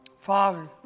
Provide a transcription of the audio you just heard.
Father